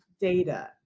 data